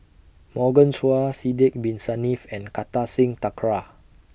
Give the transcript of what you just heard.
Morgan Chua Sidek Bin Saniff and Kartar Singh Thakral